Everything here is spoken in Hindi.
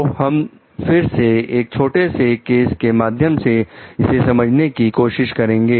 तो हम फिर से एक छोटे से केस के माध्यम से इसे समझने की कोशिश करेंगे